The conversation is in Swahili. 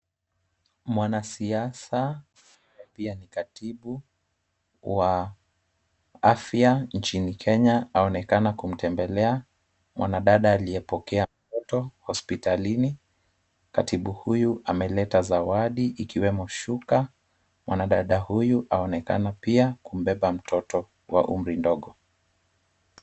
Mwanasiasa, pia ni katibi, wa afya nchini Kenya anaonekana kumtembelea, mwanadada aliye pokea mtoto hospitalini, katibu huyu ameleta zawadi ikiwemo shuka, mwanadada huyu aonekana pia kumbebe mtoto, wa umri mdogo.